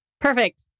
Perfect